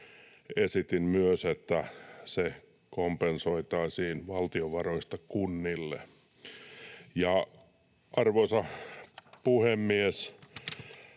Esitin myös, että se kompensoitaisiin valtion varoista kunnille. Ja arvoisa puhemies!